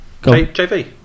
JV